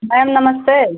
ma'am नमस्ते